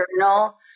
journal